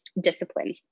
discipline